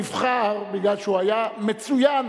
שנבחר מפני שהוא היה מצוין,